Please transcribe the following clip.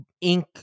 ink